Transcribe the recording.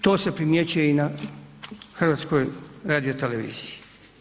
To se primjećuje i na HRT-u.